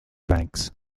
banks